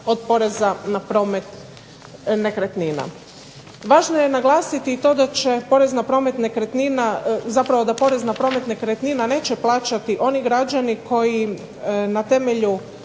od poreza na promet nekretnina. Važno je naglasiti i to da će porez na promet nekretnina, zapravo da porez na promet nekretnina neće plaćati oni građani koji na temelju